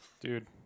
Dude